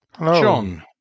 John